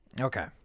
okay